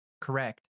correct